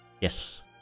Yes